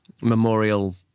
memorial